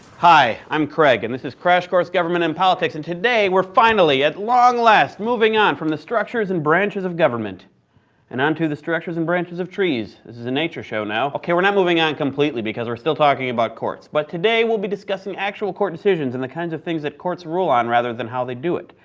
hi, i'm craig, and this is crash course government and politics, and today we're finally, at long last, moving on from the structures and branches of government and onto the structures and branches of trees. this is a nature show now. okay, we're not moving on completely, because we're still talking about courts, but today we'll be discussing actual court decisions, and the kind of things that courts rule on, rather than how they do it.